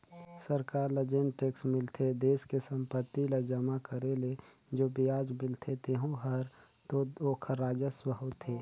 सरकार ल जेन टेक्स मिलथे देस के संपत्ति ल जमा करे ले जो बियाज मिलथें तेहू हर तो ओखर राजस्व होथे